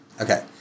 okay